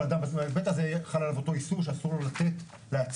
כלומר התקנות חייבות להיכנס